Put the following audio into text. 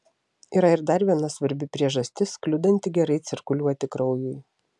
yra ir dar viena svarbi priežastis kliudanti gerai cirkuliuoti kraujui